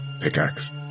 pickaxe